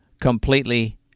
completely